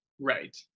Right